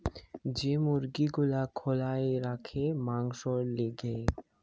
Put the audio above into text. যে মুরগি গুলা খোলায় রাখে মাংসোর লিগে